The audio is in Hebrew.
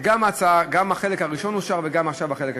שגם החלק הראשון אושר וגם עכשיו החלק השני.